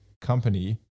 company